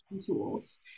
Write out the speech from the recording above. tools